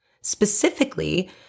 specifically